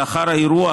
לאחר האירוע,